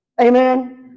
Amen